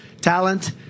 talent